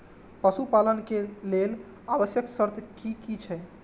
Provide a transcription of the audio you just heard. पशु पालन के लेल आवश्यक शर्त की की छै?